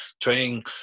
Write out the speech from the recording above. training